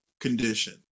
Condition